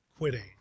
quitting